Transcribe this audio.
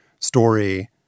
story